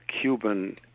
Cuban